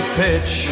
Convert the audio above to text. pitch